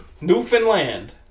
Newfoundland